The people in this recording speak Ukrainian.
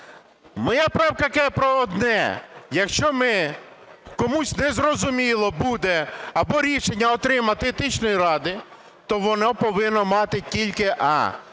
Моя правка каже про одне: якщо ми, комусь незрозуміло буде або рішення отримати Етичної ради, то воно повинно мати тільки